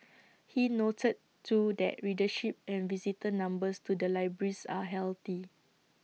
he noted too that readership and visitor numbers to the libraries are healthy